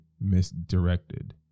misdirected